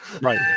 Right